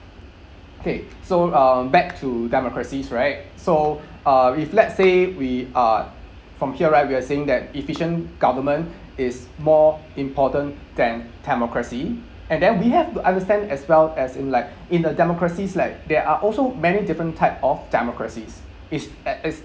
okay so uh back to democracies right so uh if let's say we uh from here right we're saying that efficient government is more important than democracy and then we have to understand as well as in like in a democracies like there are also many different type of democracies it's at it's